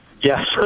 Yes